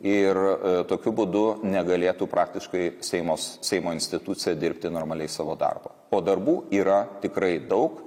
ir tokiu būdu negalėtų praktiškai seimos seimo institucija dirbti normaliai savo darbo o darbų yra tikrai daug